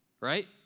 right